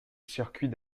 circuit